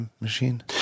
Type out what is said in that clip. machine